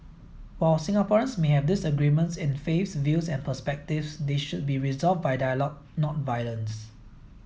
while Singaporeans may have disagreements in faiths views and perspectives they should be resolved by dialogue not violence